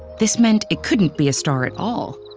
this meant it couldn't be a star at all.